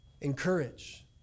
encourage